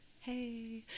hey